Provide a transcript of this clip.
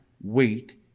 wait